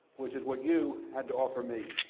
which is what you had to offer me.